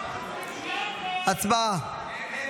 הצבעה.